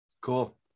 cool